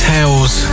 Tales